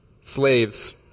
Slaves